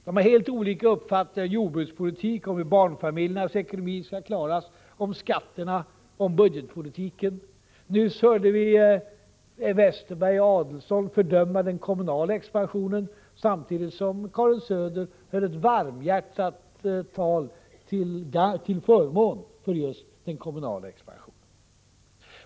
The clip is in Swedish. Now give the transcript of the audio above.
De har helt olika uppfattningar om jordbrukspolitiken, om hur barnfamiljernas ekonomi skall klaras, om skatterna och om budgetpolitiken. Nyss hörde vi Westerberg och Adelsohn fördöma den kommunala expansionen samtidigt som Karin Söder höll ett varmhjärtat tal till förmån för just den kommunala expansionen.